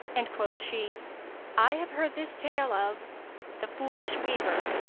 and quoth she i have heard this take of the foolish weaver